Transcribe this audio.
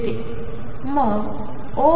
देते